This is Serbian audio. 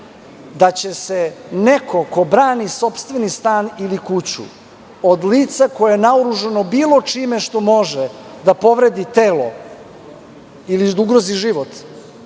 Da će se neko ko brani sopstveni stan ili kuću, od lica koje je naoružano bilo čime što može da povredi telo ili da ugrozi život